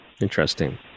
Interesting